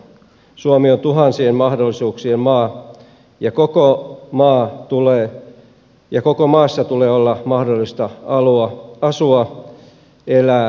suomi on tuhansien mahdollisuuksien maa ja koko maassa tulee olla mahdollista asua elää ja yrittää